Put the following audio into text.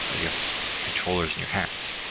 i guess, controllers in your hands.